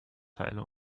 teile